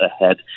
ahead